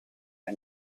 and